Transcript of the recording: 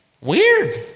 Weird